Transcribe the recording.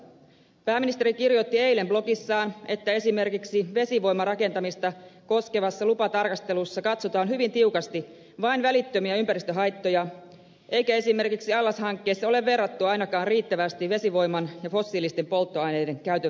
pääministeri kirjoitti eilen blogissaan että esimerkiksi vesivoimarakentamista koskevassa lupatarkastelussa katsotaan hyvin tiukasti vain välittömiä ympäristöhaittoja eikä esimerkiksi allashankkeessa ole verrattu ainakaan riittävästi vesivoiman ja fossiilisten polttoaineiden käytön välistä eroa